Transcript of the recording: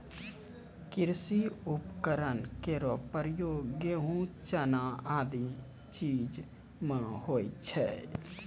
कृषि उपकरण केरो प्रयोग गेंहू, चना आदि चीज म होय छै